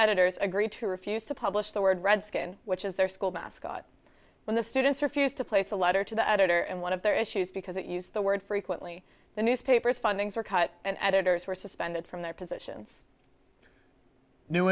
editors agreed to refuse to publish the word redskin which is their school mascot when the students refused to place a letter to the editor and one of their issues because it used the word frequently the newspapers findings were cut and editors were suspended from their positions new